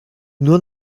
nur